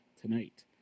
Tonight